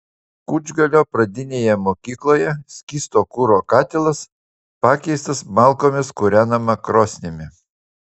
kučgalio pradinėje mokykloje skysto kuro katilas pakeistas malkomis kūrenama krosnimi